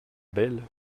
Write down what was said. belle